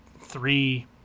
three